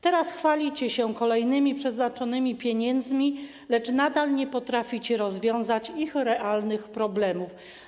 Teraz chwalicie się kolejnymi przeznaczonymi pieniędzmi, lecz nadal nie potraficie rozwiązać ich realnych problemów.